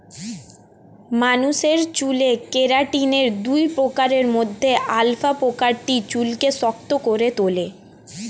মানুষের চুলে কেরাটিনের দুই প্রকারের মধ্যে আলফা প্রকারটি চুলকে শক্ত করে তোলে